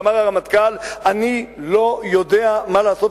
אמר הרמטכ"ל: אני לא יודע מה לעשות,